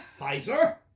Pfizer